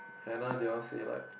Hannah they all say like